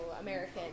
American